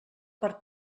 per